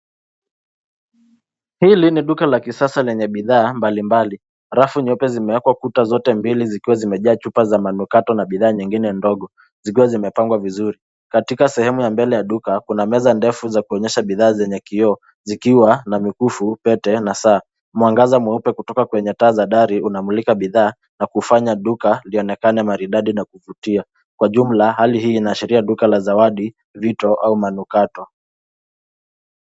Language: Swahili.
Hili ni duka la kisasa lenye bidhaa mbalimbali. Rafu nyeupe zimewekwa kuta zote mbili zikiwa zimejaa chupa za manukato na bidhaa nyingine ndogo zikiwa zimepangwa vizuri. Katika sehemu ya mbele ya duka, kuna meza ndefu za kuonyesha bidhaa zenye kioo zikiwa na mikufu, pete na saa. Mwangaza mweupe kutoka kwenye taa za dari unamulika bidhaa na kufanya duka lionekana maridadi na kuvutia. Kwa jumla, hali hii inaashiria duka la zawadi, vito au manukato.